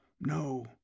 No